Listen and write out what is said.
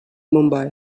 mumbai